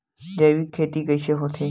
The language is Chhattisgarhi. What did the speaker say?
जैविक खेती कइसे होथे?